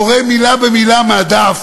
קורא מילה במילה מהדף,